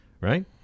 right